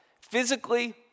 Physically